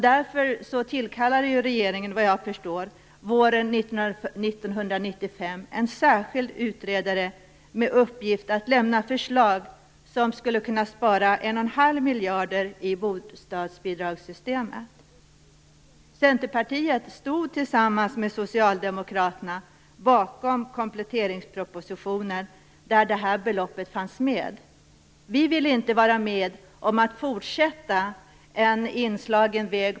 Därför tillkallade regeringen, vad jag förstår, våren 1995 en särskild utredare med uppgift att lämna förslag som skulle ge besparingar på 11⁄2 miljard i bostadsbidragssystemet. Centerpartiet stod, tillsammans med Socialdemokraterna, bakom kompletteringspropositionen, där det här beloppet fanns med.